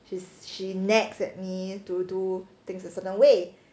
she's she nags at me to do things a certain way